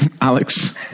Alex